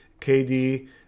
KD